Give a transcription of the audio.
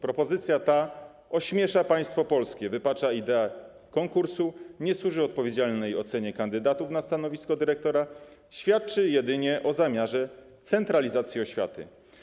Propozycja ta ośmiesza państwo polskie, wypacza ideę konkursu, nie służy odpowiedzialnej ocenie kandydatów na stanowisko dyrektora, świadczy jedynie o zamiarze centralizacji oświaty.